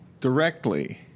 directly